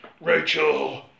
Rachel